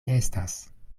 estas